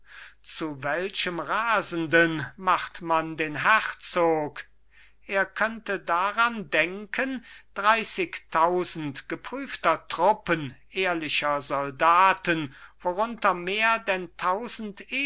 zu welchem rasenden macht man den herzog er könnte daran denken dreißigtausend geprüfter truppen ehrlicher soldaten worunter mehr denn tausend